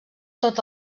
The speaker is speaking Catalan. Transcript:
tot